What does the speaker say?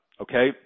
okay